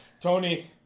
Tony